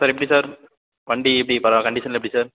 sir எப்படி sir வண்டி எப்படி பரவாயில்லை கண்டீஷன்லாம் எப்படி சார்